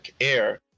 air